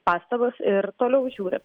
pastabas ir toliau žiūri